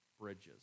bridges